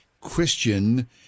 Christian